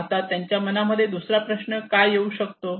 आता त्यांच्या मनामध्ये दुसरा प्रश्न काय येऊ शकतो